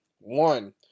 one